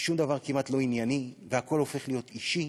ושום דבר כמעט לא ענייני, והכול הופך להיות אישי,